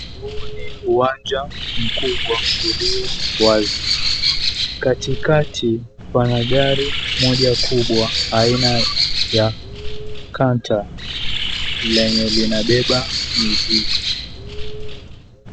Huu ni uwanja mkubwa ulio wazi. Katikati pana gari moja kubwa aina ya Canter lenye linabeba mizigo.